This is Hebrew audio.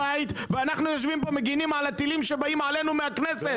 ואנחנו יושבים פה מגינים על הטילים שבאים עלינו מהכנסת.